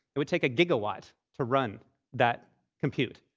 it would take a gigawatt to run that compute,